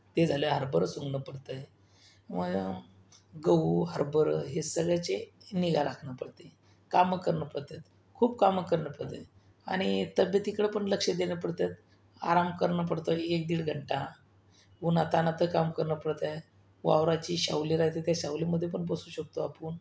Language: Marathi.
ते झाल्या हरभरं सोंगणं पडतंय गहू हरंभरं हे सगळ्याचे निगा राखणं पडतंय कामं करणं पडत्यात खूप कामं करणं पडत्यात आणि तब्येतीकडं पण लक्ष देणं पडते आराम करणं पडतं एक दीड घंटा उन्हातान्हात काम करणं पडतंय वावराची सावली राहते त्या सावलीमध्ये पण बसू शकतो आपण